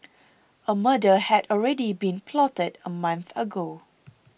a murder had already been plotted a month ago